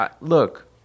look